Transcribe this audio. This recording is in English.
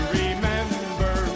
remember